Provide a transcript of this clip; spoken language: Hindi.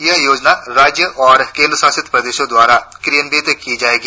यह योजना राज्यों और केंद्र शासित प्रदेशों द्वारा क्रियान्वित की जाएगी